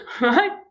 right